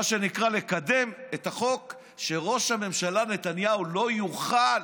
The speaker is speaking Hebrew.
מה שנקרא לקדם את החוק שראש הממשלה נתניהו לא יוכל